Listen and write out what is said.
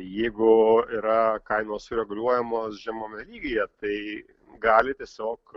jeigu yra kainos reguliuojamos žemame lygyje tai gali tiesiog